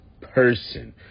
person